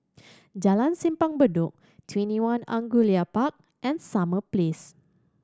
Jalan Simpang Bedok TwentyOne Angullia Park and Summer Place